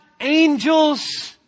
angels